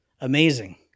amazing